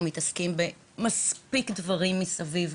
מתעסקים במספיק דברים מסביב.